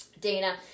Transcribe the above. Dana